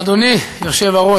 אדוני היושב-ראש,